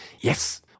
Yes